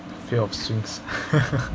fear of swings